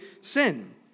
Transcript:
sin